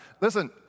Listen